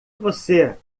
você